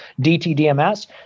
DTDMS